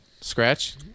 Scratch